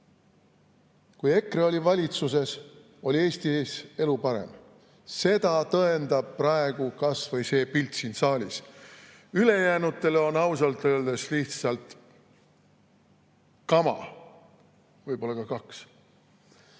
Kui EKRE oli valitsuses, oli Eestis elu parem. Seda tõendab praegu kas või see pilt siin saalis. Ülejäänutel on ausalt öeldes lihtsalt kama, võib-olla ka kaks.